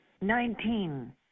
Nineteen